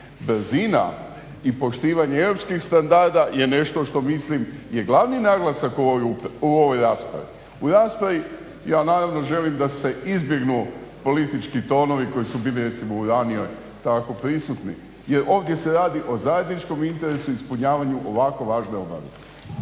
Brzina i poštivanje europskih standarda je nešto što mislim je glavni naglasak u ovoj raspravi. U raspravi ja naravno želim da se izbjegnu politički tonovi koji su bili recimo u ranijoj tako prisutni jer ovdje se radi o zajedničkom interesu i ispunjavanju ovako važne obaveze.